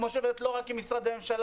וכמו שהיא עובדת לא רק עם משרדי הממשלה